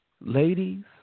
Ladies